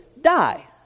die